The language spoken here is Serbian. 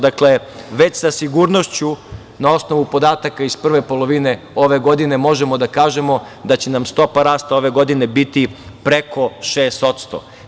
Dakle, već sa sigurnošću, na osnovu podataka iz prve polovine ove godine, možemo da kažemo da će nam stopa rasta ove godine biti preko 6%